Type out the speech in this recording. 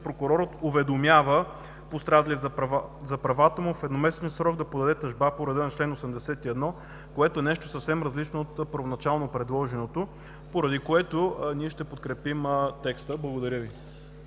„Прокурор уведомява пострадали за правата му в едномесечен срок да подаде тъжба по реда на чл. 81“, което е нещо съвсем различно от първоначално предложеното, поради което ние ще подкрепим текста. Благодаря Ви.